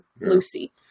Lucy